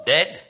Dead